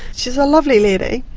she's a lovely lady.